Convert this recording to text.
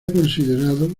considerado